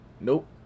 Nope